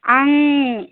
आं